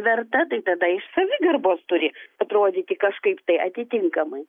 verta tai tada iš savigarbos turi atrodyti kažkaip tai atitinkamai